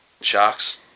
Sharks